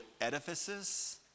edifices